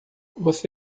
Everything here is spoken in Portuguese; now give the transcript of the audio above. você